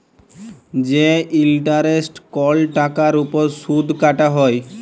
যে ইলটারেস্ট কল টাকার উপর সুদ কাটা হ্যয়